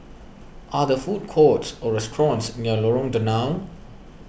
are there food courts or restaurants near Lorong Danau